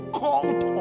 called